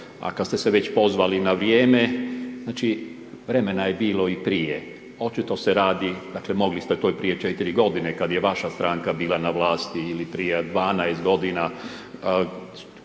A kad ste se već pozvali na vrijeme, znači, vremena je bilo i prije. Očito se radi, dakle mogli ste to i prije 4 godine kad je vaša stranka bila na vlasti ili prije 12 godina